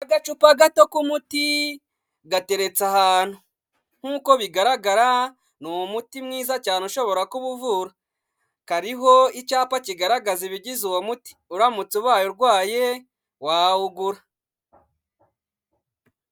Agacupa gato k'umuti gatereretse ahantu. Nkuko bigaragara ni muti mwiza cyane ushobora kuba uvura. Kariho icyapa kigaragaza ibigize uwo muti, uramutse ubaye urwaye wawugura.